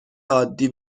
عادی